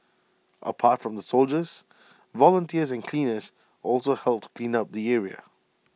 apart from the soldiers volunteers and cleaners also helped clean up the area